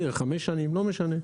10, חמש שנים, לא משנה.